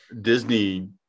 Disney